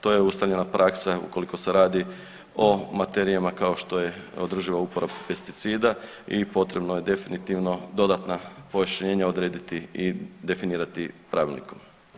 To je ustaljena praksa ukoliko se radi o materijama kao što je održiva uporaba pesticida i potrebno je definitivno dodatna pojašnjena odrediti i definirati pravilnikom.